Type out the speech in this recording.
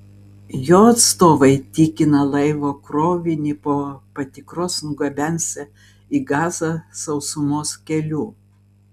jo atstovai tikina laivo krovinį po patikros nugabensią į gazą sausumos keliu